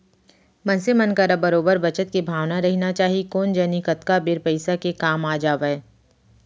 मनसे मन करा बरोबर बचत के भावना रहिना चाही कोन जनी कतका बेर पइसा के काम आ जावय